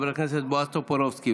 חבר הכנסת בועז טופורובסקי.